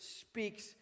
speaks